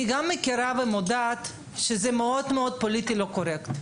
אני גם מכירה ומודעת לכך שזה מאד מאוד לא פוליטיקלי קורקט.